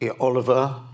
Oliver